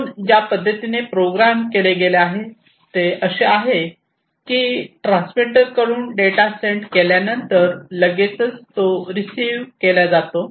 म्हणून ज्या पद्धतीने प्रोग्राम केले गेले आहे ते आहे की ट्रान्समीटरकडून डेटा सेंड केल्यानंतर लगेचच तो रिसीव्ह केला जातो